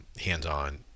hands-on